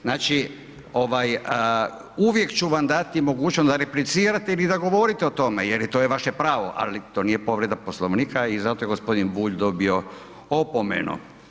Znači ovaj uvijek ću vam dati mogućnost da replicirate ili da govorite o tome jer je to je vaše pravo, ali to nije povreda Poslovnika i zato je g. Bulj dobio opomenu.